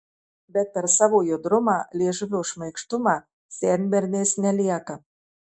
bet per savo judrumą liežuvio šmaikštumą senberniais nelieka